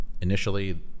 initially